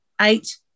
eight